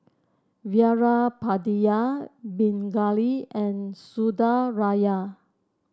Veerapandiya Pingali and Sundaraiah